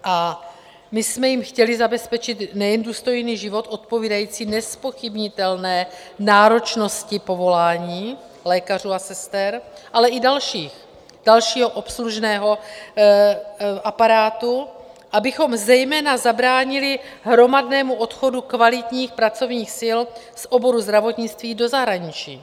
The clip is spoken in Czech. A my jsme jim chtěli zabezpečit nejen důstojný život odpovídající nezpochybnitelné náročnosti povolání lékařů a sester, ale i dalších, dalšího obslužného aparátu, abychom zejména zabránili hromadnému odchodu kvalitních pracovních sil z oboru zdravotnictví do zahraničí.